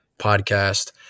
podcast